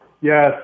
Yes